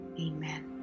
amen